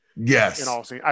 Yes